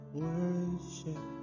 worship